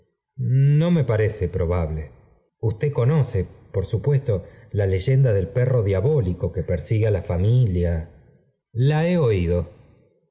no me parece probable usted conoce por supuesto la leyenda del perro diabólico que persigue á la familia la he oído